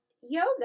yoga